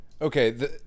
Okay